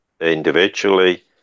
individually